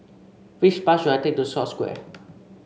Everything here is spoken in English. which bus should I take to Scotts Square